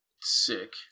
sick